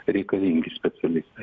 reikalingi specialistai